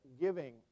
giving